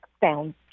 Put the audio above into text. found